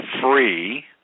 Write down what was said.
free